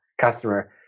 customer